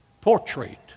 portrait